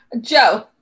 Joe